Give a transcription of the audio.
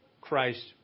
Christ